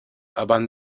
abans